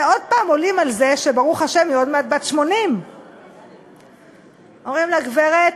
ועוד פעם עולים על זה שברוך השם היא עוד מעט בת 80. אומרים לה: גברת,